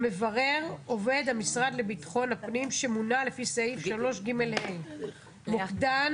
"מברר" עובד המשרד לביטחון הפנים שמונה לפי סעיף 3ג(ה); "מוקדן"